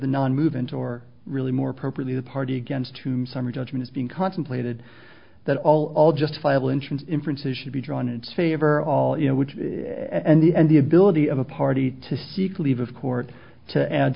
the non movement or really more properly the party against whom summary judgment is being contemplated that all all justifiable interest in france is should be drawn its favor all you know which and the ability of a party to seek leave of court to add